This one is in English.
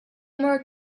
more